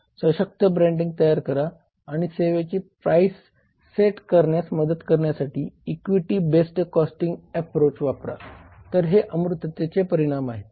सशक्त ब्रँडिंग तयार करा आणि सेवेचे प्राइस सेट करण्यात मदत करण्यासाठी एक्टिविटी बेस्ड कॉस्टिंग एप्रोच वापरा तर हे अमूर्ततेचे परिणाम आहेत